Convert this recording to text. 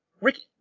Ricky